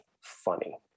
funny